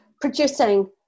producing